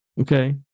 Okay